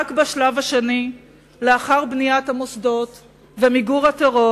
רק בשלב השני לאחר בניית המוסדות ומיגור הטרור